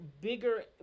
bigger